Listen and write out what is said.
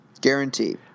Guarantee